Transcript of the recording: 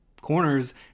corners